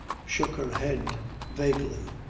shook her head vaguely,